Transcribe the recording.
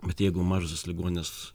bet jeigu mažosios ligoninės